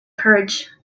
courage